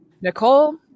Nicole